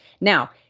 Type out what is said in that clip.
Now